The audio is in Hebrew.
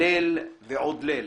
ליל ועוד ליל.